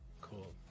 Cool